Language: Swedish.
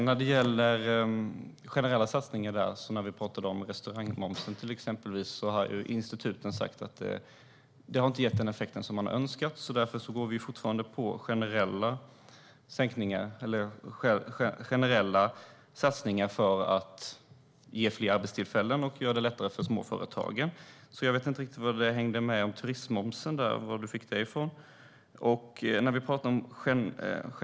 Herr talman! När det gäller exempelvis restaurangmomsen, som vi pratade om, har instituten sagt att detta inte har gett den effekt som man önskat. Därför gör vi generella satsningar för att ge fler arbetstillfällen och för att göra det lättare för småföretagen. Jag vet inte riktigt hur det hängde ihop med turismmomsen och var du fick det från, Penilla Gunther.